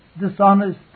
dishonest